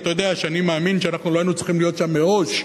אתה יודע שאני מאמין שאנחנו לא היינו צריכים להיות שם מראש.